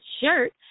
shirt